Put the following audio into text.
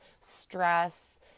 stress